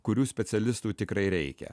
kurių specialistų tikrai reikia